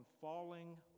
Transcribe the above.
falling